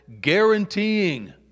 guaranteeing